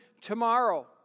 tomorrow